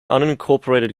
unincorporated